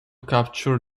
capture